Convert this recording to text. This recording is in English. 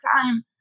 time